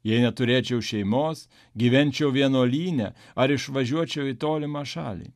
jei neturėčiau šeimos gyvenčiau vienuolyne ar išvažiuočiau į tolimą šalį